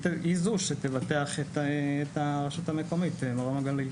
עלתה הצעה שחברת ענבל היא זאת שתבטח את הרשות המקומית מרום הגליל.